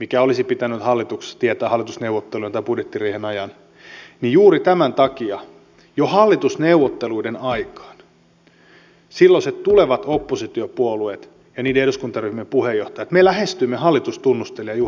mikä olisi pitänyt hallituksessa tietää hallitusneuvottelujen tai budjettiriihen ajan niin juuri tämän takia jo hallitusneuvotteluiden aikaan me silloiset tulevat oppositiopuolueet ja niiden eduskuntaryhmien puheenjohtajat lähestyimme hallitustunnustelija juha sipilää